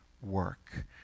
work